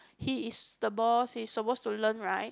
he is the boss he is suppose to learn right